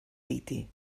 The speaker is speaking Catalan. liti